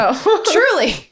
Truly